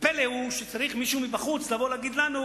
פלא הוא שצריך מישהו מבחוץ שיגיד לנו,